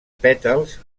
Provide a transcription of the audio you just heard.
pètals